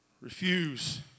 Refuse